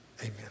Amen